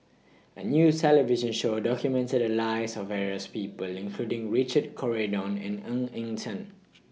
A New television Show documented The Lives of various People including Richard Corridon and Ng Eng Teng